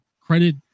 credit